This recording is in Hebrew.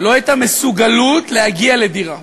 לא את המסוגלות להגיע לדירה.